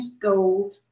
gold